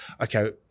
okay